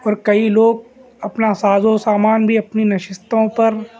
اور کئی لوگ اپنا ساز و سامان بھی اپنی نشستوں پر